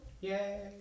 Yay